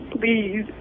please